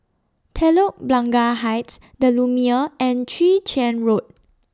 Telok Blangah Heights The Lumiere and Chwee Chian Road